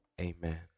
Amen